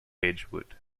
edgewood